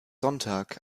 sonntag